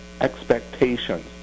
expectations